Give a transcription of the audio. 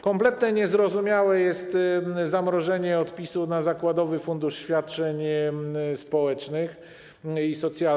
Kompletnie niezrozumiałe jest zamrożenie odpisu na zakładowy fundusz świadczeń socjalnych.